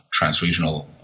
transregional